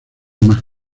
más